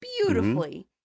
beautifully